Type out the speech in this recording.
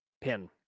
pin